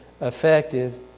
effective